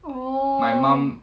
oh